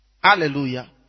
Hallelujah